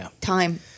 time